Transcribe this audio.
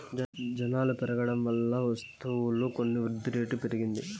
జనాలు పెరగడం వల్ల వస్తువులు కొని వృద్ధిరేటు పెరిగింది